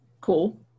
Cool